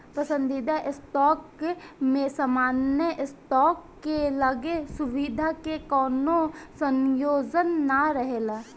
पसंदीदा स्टॉक में सामान्य स्टॉक के लगे सुविधा के कवनो संयोजन ना रहेला